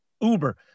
Uber